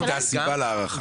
הייתה סיבה להארכה.